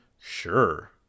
Sure